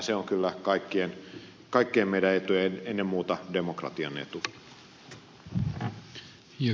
se on kyllä kaikkien meidän etu ja ennen muuta demokratian etu